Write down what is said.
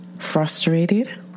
frustrated